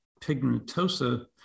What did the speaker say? pigmentosa